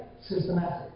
systematic